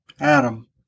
Adam